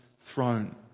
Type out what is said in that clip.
throne